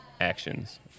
actions